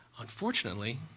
Unfortunately